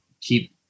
keep